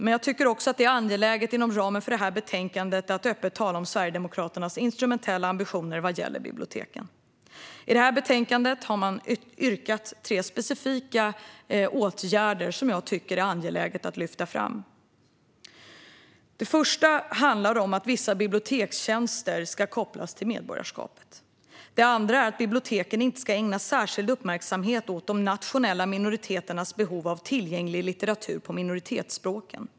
Men jag tycker att det är angeläget inom ramen för detta betänkande att också öppet tala om Sverigedemokraternas instrumentella ambitioner vad gäller biblioteken. I detta betänkande har de yrkat på tre specifika åtgärder som jag tycker är angelägna att lyfta fram. Den första handlar om att vissa bibliotekstjänster ska kopplas till medborgarskapet. Den andra handlar om att biblioteken inte ska ägna särskild uppmärksamhet åt de nationella minoriteternas behov av tillgänglig litteratur på minoritetsspråken.